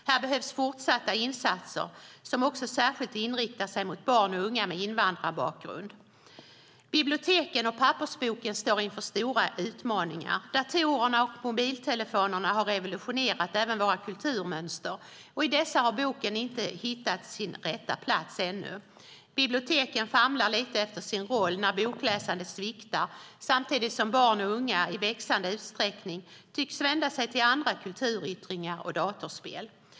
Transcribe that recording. Här behövs fortsatta insatser som också särskilt inriktar sig mot barn och unga med invandrarbakgrund. Biblioteken och pappersboken står inför stora utmaningar. Datorerna och mobiltelefonerna har revolutionerat även våra kulturmönster, och i dessa har boken ännu inte hittat sin rätta plats. Biblioteken famlar lite efter sin roll när bokläsandet sviktar, samtidigt som barn och unga i växande utsträckning tycks vända sig till andra kulturyttringar och datorspel.